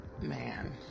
man